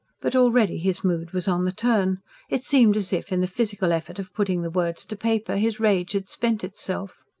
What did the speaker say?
but already his mood was on the turn it seemed as if, in the physical effort of putting the words to paper, his rage had spent itself.